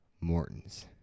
Morton's